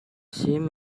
seam